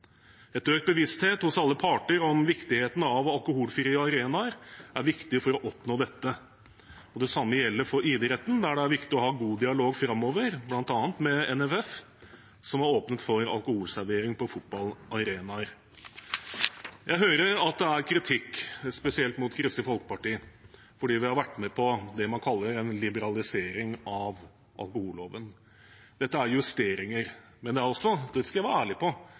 Økt bevissthet hos alle parter om viktigheten av alkoholfrie arenaer, er viktig for å oppnå dette. Det samme gjelder for idretten, der det er viktig å ha god dialog framover, bl.a. med NFF, som har åpnet for alkoholservering på fotballarenaer. Jeg hører det er kritikk, spesielt mot Kristelig Folkeparti, fordi vi har vært med på det man kaller en liberalisering av alkoholloven. Dette er justeringer, men det er også – det skal jeg være ærlig på